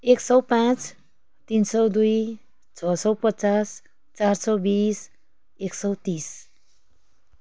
एक सौ पाँच तिन सौ दुई छ सौ पचास चार सौ बिस एक सौ तिस